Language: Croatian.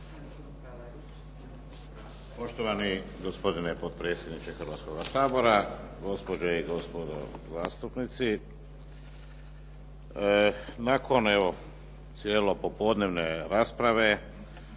Poštovani gospodine potpredsjedniče Hrvatskoga sabora, gospođe i gospodo zastupnici. Nakon, evo cijelo popodnevne rasprave